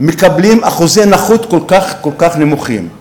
מקבלים אחוזי נכות, כל כך כל כך נמוכים?